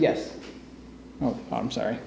yes well i'm sorry